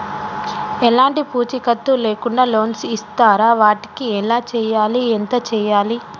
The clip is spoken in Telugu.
ఎలాంటి పూచీకత్తు లేకుండా లోన్స్ ఇస్తారా వాటికి ఎలా చేయాలి ఎంత చేయాలి?